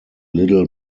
little